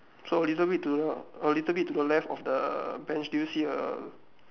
so little bit to the a little bit to the left of the bench do you see a